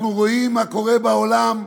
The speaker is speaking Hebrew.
אנחנו רואים מה קורה בעולם.